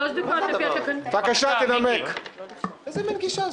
לא היה דיון על מהות ההצעה.